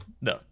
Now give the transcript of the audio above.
no